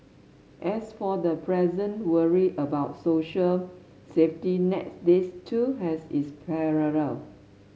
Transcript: as for the present worry about social safety nets this too has its parallel